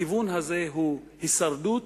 הכיוון הזה הוא הישרדות,